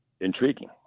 intriguing